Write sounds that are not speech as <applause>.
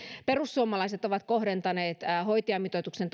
perussuomalaiset ovat kohdentaneet hoitajamitoituksen <unintelligible>